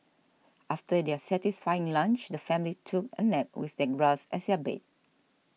after their satisfying lunch the family took a nap with same grass as their bed